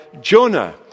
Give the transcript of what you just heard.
Jonah